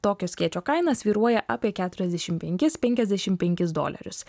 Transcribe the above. tokio skėčio kaina svyruoja apie keturiasdešim penkis penkiasdešim penkis dolerius